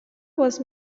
was